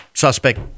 suspect